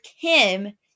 Kim